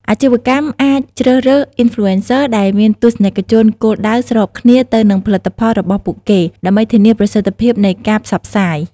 អាជីវកម្មអាចជ្រើសរើស អុីនផ្លូអេនសឹ ដែលមានទស្សនិកជនគោលដៅស្របគ្នាទៅនឹងផលិតផលរបស់ពួកគេ ដើម្បីធានាប្រសិទ្ធភាពនៃការផ្សព្វផ្សាយ។